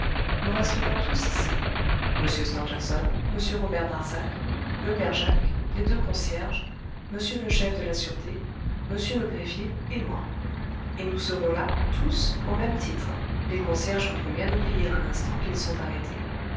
nous resterons tous ici m stangerson m robert darzac le père jacques les deux concierges m le chef de la sûreté m le greffier et moi et nous serons là tous au même titre les concierges voudront bien oublier un instant qu'ils sont arrêtés